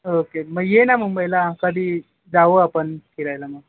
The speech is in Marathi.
ओके मग ये ना मुंबईला कधी जाऊ आपण फिरायला